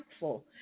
impactful